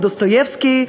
או דוסטויבסקי,